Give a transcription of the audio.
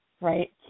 Right